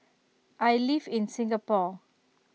I live in Singapore